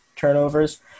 turnovers